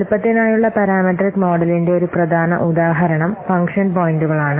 വലുപ്പത്തിനായുള്ള parametric മോഡലിന്റെ ഒരു പ്രധാന ഉദാഹരണം ഫംഗ്ഷൻ പോയിന്റുകളാണ്